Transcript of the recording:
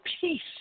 peace